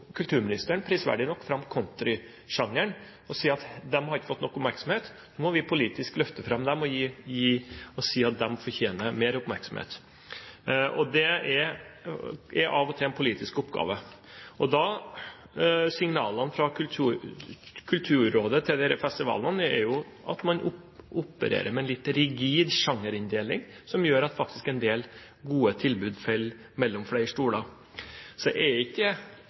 prisverdig nok fram countrysjangeren ved å si at de ikke hadde fått nok oppmerksomhet, at man nå politisk måtte løfte dem fram og si at de fortjente mer oppmerksomhet. Det er av og til en politisk oppgave. Signalene fra Kulturrådet til disse festivalene er jo at man opererer med en litt rigid sjangerinndeling, som gjør at en del gode tilbud faktisk faller mellom flere stoler. Da er spørsmålet til kulturministeren: Er det ikke